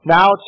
Now